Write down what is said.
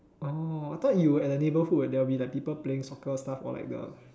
orh I thought you at the neighbourhood there will be the people playing soccer stuff or like the